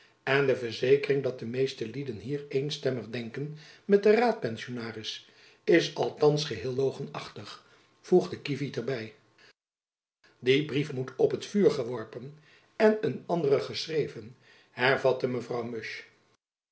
en de verzekering dat de meeste lieden hier eenstemmig denken met den raadpensionaris is althands geheel logenachtig voegde kievit er by die brief moet op t vuur geworpen en een andere geschreven hervatte